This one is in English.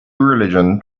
religion